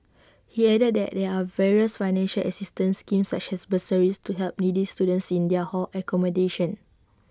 he added that there are various financial assistance schemes such as bursaries to help needy students in their hall accommodation